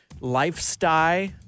lifestyle